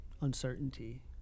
uncertainty